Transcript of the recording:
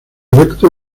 recto